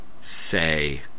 say